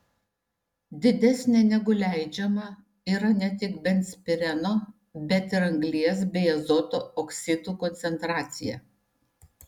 didesnė negu leidžiama yra ne tik benzpireno bet ir anglies bei azoto oksidų koncentracija